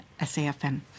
SAFM